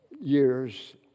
years